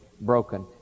broken